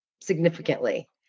significantly